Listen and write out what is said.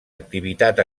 activitat